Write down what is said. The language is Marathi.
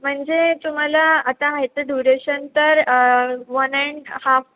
म्हणजे तुम्हाला आता ह्याचं ड्युरेशन तर वन अँड हाफ